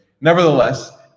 nevertheless